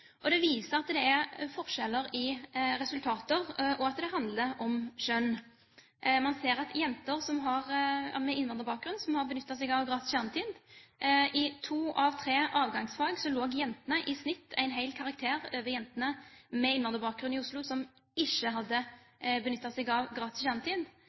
viser at det er forskjeller i resultater, og at det handler om kjønn. Man ser at jenter med innvandrerbakgrunn som har benyttet seg av gratis kjernetid, i to av tre avgangsfag lå i snitt en hel karakter over jentene med innvandrerbakgrunn i Oslo som ikke hadde benyttet seg av gratis